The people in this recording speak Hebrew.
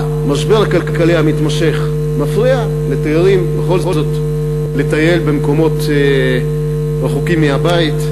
המשבר הכלכלי המתמשך מפריע לתיירים בכל זאת לטייל במקומות רחוקים מהבית,